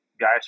guys